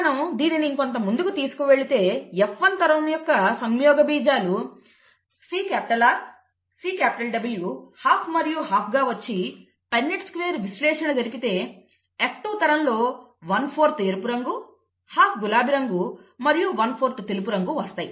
మనం దీనిని ఇంకొంత ముందుకు తీసుకొని వెళితే F1 తరం యొక్క సంయోగబీజాలు CR CW హాఫ్ మరియు హాఫ్ గా వచ్చి పన్నెట్ స్క్వేర్ విశ్లేషణ జరిపితే F2 తరంలో 14th ఎరుపు రంగు ½ గులాబీ రంగు మరియు 14th తెలుపు రంగు వస్తాయి